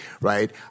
right